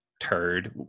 turd